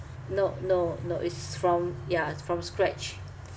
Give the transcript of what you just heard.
no no no it's from ya it's from scratch